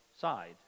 side